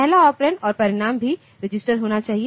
पहला ऑपरेंड और परिणाम भी रजिस्टर होना चाहिए